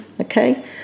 Okay